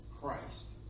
Christ